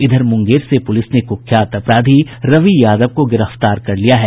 इधर मुंगेर से पुलिस ने कुख्यात अपराधी रवि यादव को गिरफ्तार कर लिया है